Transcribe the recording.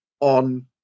on